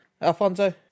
Alfonso